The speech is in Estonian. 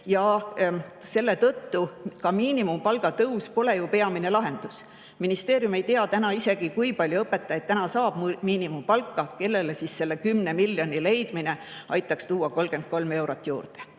ja selle tõttu ka miinimumpalga tõus pole peamine lahendus. Ministeerium ei tea praegu isegi seda, kui palju õpetajaid saab miinimumpalka, kellele siis selle 10 miljoni leidmine aitaks tuua 33 eurot juurde.